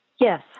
Yes